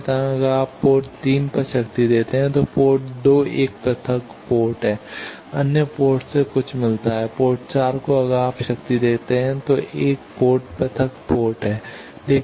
इसी तरह अगर आप पोर्ट 3 पर शक्ति देते हैं तो पोर्ट 2 एक पृथक पोर्ट है अन्य पोर्ट्स को कुछ मिलता है पोर्ट 4 को अगर आप शक्ति देते हैं तो 1 को पृथक पोर्ट है